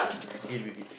deal with it